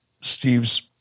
Steve's